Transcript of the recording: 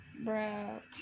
Bro